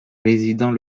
résident